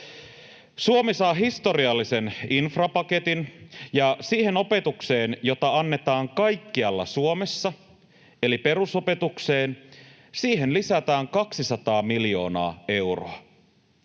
Suomi saa historiallisen infrapaketin, ja siihen opetukseen, jota annetaan kaikkialla Suomessa, eli perusopetukseen lisätään 200 miljoonaa euroa.